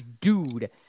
dude